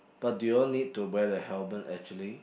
but do you all need to wear the helmet actually